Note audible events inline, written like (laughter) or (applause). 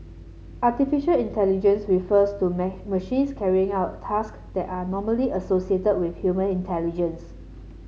artificial intelligence refers to (unintelligible) machines carrying out task that are normally associated with human intelligence